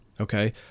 Okay